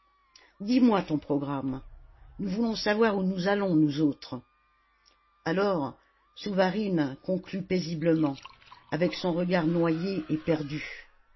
dis-moi ton programme nous voulons savoir où nous allons nous autres alors souvarine conclut paisiblement avec son regard noyé et perdu